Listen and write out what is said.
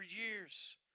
years